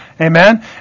Amen